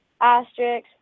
Asterix